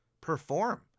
perform